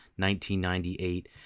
1998